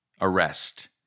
arrest